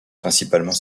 principalement